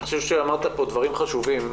אני חושב שאמרת פה דברים חשובים.